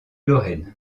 lorraine